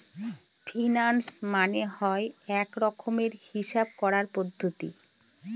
finance মানে হয় এক রকমের হিসাব করার পদ্ধতি